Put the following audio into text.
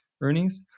earnings